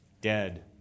Dead